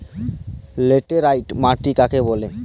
Laterite মাটি কাকে বলে?